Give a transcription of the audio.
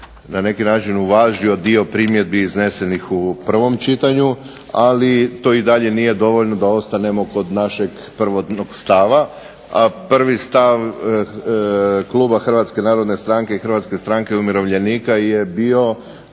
na neki način uvažio dio primjedbi iznesenih u prvom čitanju, ali to i dalje nije dovoljno da ostanemo kod našeg prvotnog stava, a prvi stav kluba Hrvatske narodne stranke i Hrvatske stranke umirovljenika je bio